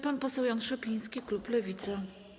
Pan poseł Jan Szopiński, klub Lewica.